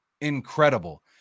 incredible